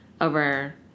over